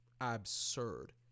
absurd